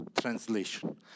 translation